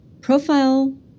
profile